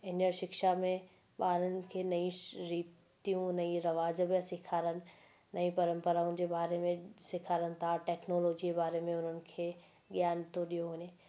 हीअंर शिक्षा में ॿार खे नईं रीतियूं नवा रवाजु पिया सेखारनि नईं परंपराउनि जे बारे में सेखारनि था टेक्नोलॉजी बारे में हुननि खे ज्ञान थो ॾियो वञे